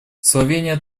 словения